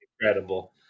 Incredible